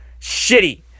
Shitty